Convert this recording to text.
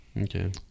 Okay